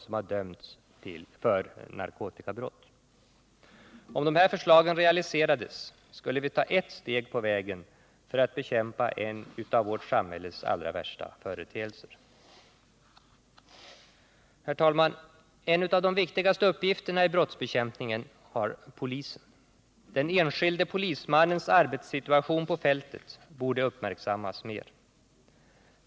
Om dessa förslag realiserades skulle vi ta ett steg på vägen för att bekämpa en av vårt samhälles allra värsta företeelser. Herr talman! En av de viktigaste uppgifterna i brottsbekämpningen har polisen. Den enskilde polismannens arbetssituation på fältet borde uppmärksammas mer.